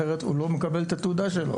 אחרת הוא לא מקבל את התעודה שלו.